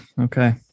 okay